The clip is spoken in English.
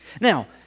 Now